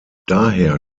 daher